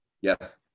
Yes